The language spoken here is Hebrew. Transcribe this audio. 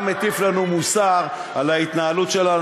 גם מטיף לנו מוסר על ההתנהלות שלנו.